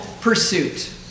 pursuit